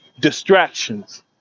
Distractions